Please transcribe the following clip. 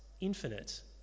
infinite